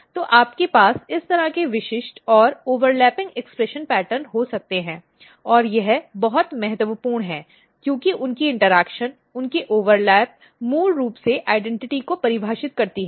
तो आपके पास इस तरह के विशिष्ट और ओवरलैपिंग अभिव्यक्ति पैटर्न हो सकते हैं और यह बहुत महत्वपूर्ण है क्योंकि उनकी इन्टर्ऐक्शन उनके ओवरलैप मूल रूप से पहचान को परिभाषित करती है